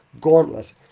gauntlet